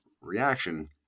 reaction